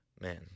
Man